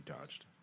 dodged